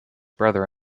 brother